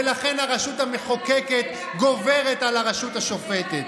ולכן הרשות המחוקקת גוברת על הרשות השופטת.